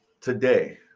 today